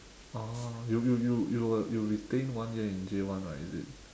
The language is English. oh you you you you were you retain one year in J one right is it